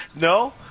no